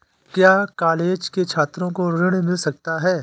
क्या कॉलेज के छात्रो को ऋण मिल सकता है?